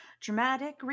dramatic